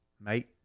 mate